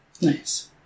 Nice